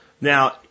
Now